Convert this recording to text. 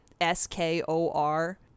s-k-o-r